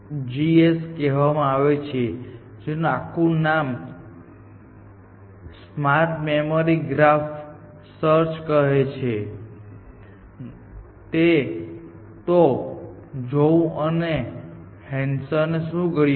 તેથી તેમના algorithm SMGS કહેવામાં આવે છે જેનું આખું નામ સ્માર્ટ મેમરી ગ્રાફ સર્ચ છે તો ઝોઉ અને હેન્સને શું કર્યું